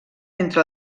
entre